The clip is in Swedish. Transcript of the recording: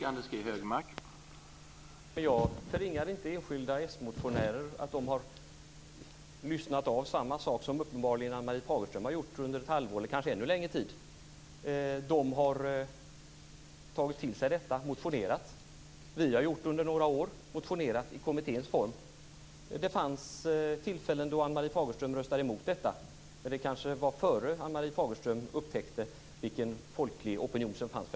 Herr talman! Jag förringar inte enskilda smotionärers insatser. De har lyssnat till samma sak som Ann-Marie Fagerström uppenbarligen har gjort under ett halvår, eller kanske ännu längre. De har tagit till sig detta och motionerat. Vi har motionerat i kommitténs form under några år. Det fanns tillfällen då Ann-Marie Fagerström röstade emot våra motioner, men det var kanske innan Ann-Marie Fagerström upptäckte vilken folklig opinion som finns.